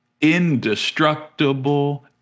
indestructible